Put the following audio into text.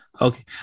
Okay